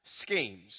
schemes